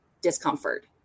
discomfort